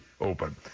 open